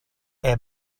est